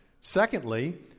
Secondly